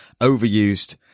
overused